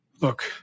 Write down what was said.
look